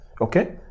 Okay